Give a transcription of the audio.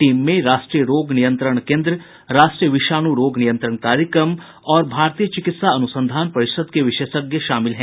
team में राष्ट्रीय रोग नियंत्रण केन्द्र राष्ट्रीय विषाणु रोग नियंत्रण कार्यक्रम और भारतीय चिकित्सा अनुसंधान परिषद के विशेषज्ञ शामिल हैं